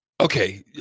Okay